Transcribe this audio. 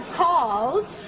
called